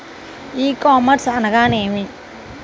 ఈ కామర్స్ అనగానేమి?